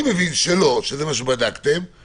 אני מבין שלא, אבל